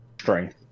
strength